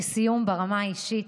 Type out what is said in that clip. לסיום, ברמה האישית,